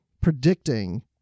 predicting